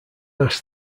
asks